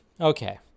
okay